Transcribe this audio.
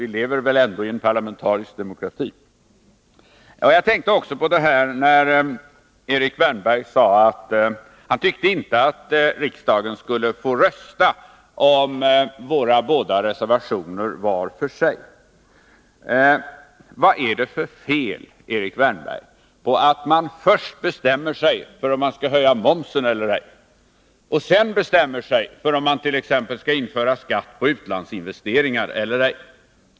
Vi lever väl ändå i en parlamentarisk demokrati? Jag tänkte också på detta när Erik Wärnberg sade att han inte tyckte att riksdagen skulle få rösta om våra båda reservationer var för sig. Vad är det för fel, Erik Wärnberg, på att man först bestämmer sig för om man skall höja momsen eller ej och sedan bestämmer sig för om man t.ex. skall införa skatt på utlandsinvesteringar eller ej?